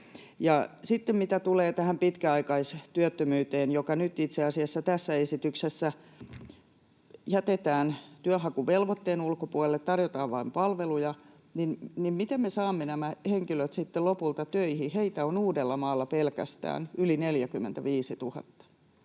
tähän pitkäaikaistyöttömyyteen, joka nyt itse asiassa tässä esityksessä jätetään työnhakuvelvoitteen ulkopuolelle, tarjotaan vain palveluja, niin miten me saamme nämä henkilöt sitten lopulta töihin? Heitä on pelkästään Uudellamaalla yli 45 000.